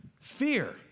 Fear